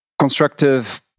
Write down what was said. constructive